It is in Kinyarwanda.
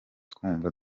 twumva